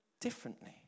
differently